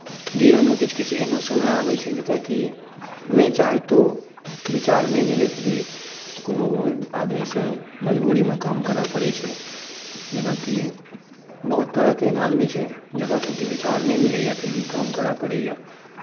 जीवनमे किछु किछु एहनो समय आबैत छै जतय कि नहि चाहितो विचार नहि मिलैत भी कोनो कोनो आदमीसँ मजबूरीमे काम करय पड़ैत छै जेनाकि बहुत तरहके एहन आदमी छै जकरा सभके विचार नहि मिलैए फिर भी काम करय पड़ैए